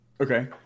Okay